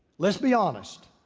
let's be honest.